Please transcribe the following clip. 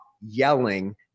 yelling